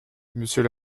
monsieur